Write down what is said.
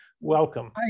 welcome